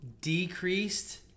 decreased